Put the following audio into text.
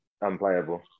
unplayable